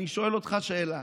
אני שואל אותך שאלה: